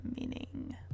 meaning